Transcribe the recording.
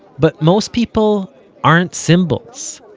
but most people aren't symbols.